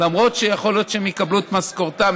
למרות שיכול להיות שהם יקבלו את משכורתם,